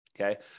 Okay